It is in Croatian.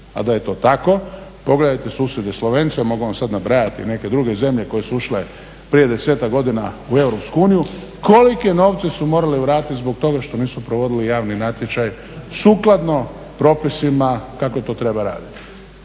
A da je to tako pogledajte susjedne Slovence, mogu vam sad nabrajati neke druge zemlje koje su ušle prije 10-ak u Europsku uniju, kolike novce su morale vratit zbog toga što nisu provodili javni natječaj sukladno propisima kako to treba raditi.